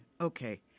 Okay